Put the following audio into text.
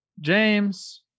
James